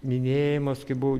minėjimas kai buvo